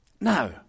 Now